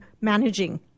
managing